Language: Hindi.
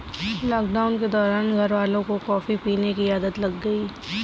लॉकडाउन के दौरान घरवालों को कॉफी पीने की आदत लग गई